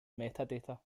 metadata